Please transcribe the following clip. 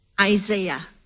Isaiah